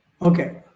Okay